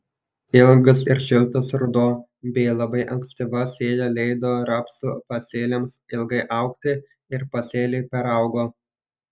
ilgas ir šiltas ruduo bei labai ankstyva sėja leido rapsų pasėliams ilgai augti ir pasėliai peraugo